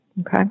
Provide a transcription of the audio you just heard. Okay